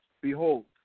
Behold